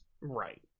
Right